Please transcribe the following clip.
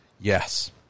Yes